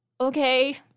okay